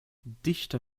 dichter